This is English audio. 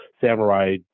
Samurai